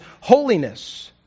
holiness